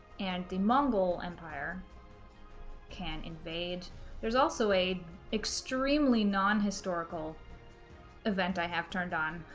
and the mongol empire can invade there's also a extremely non historical event i have turned on,